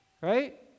Right